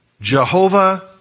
Jehovah